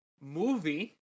movie